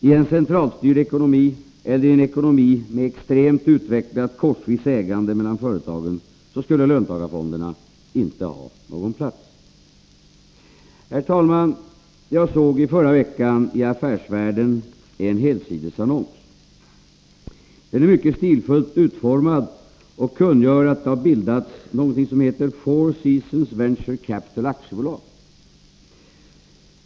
I en centralstyrd ekonomi eller i en ekonomi med extremt utvecklat korsvis ägande mellan företagen skulle löntagarfonderna inte ha någon plats. Herr talman! Jag såg i förra veckan i Affärsvärlden en helsidesannons. Den var mycket stilfullt utformad och kungjorde att det har bildats någonting som heter Four Seasons Venture Capital AB.